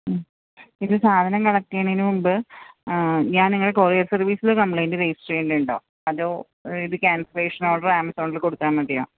മ്മ് ഇത് സാധനങ്ങൾ കളക്ട് ചെയ്യുന്നതിന് മുൻപ് ഞാൻ നിങ്ങളുടെ കൊറിയർ സർവീസിൽ കംപ്ലെയിന്റ് രജിസ്റ്റർ ചെയ്യണ്ടതുണ്ടോ അതോ ഇത് കാൻസലേഷൻ ഓർഡർ ആമസോണിൽ കൊടുത്താൽ മതിയോ